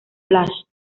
flash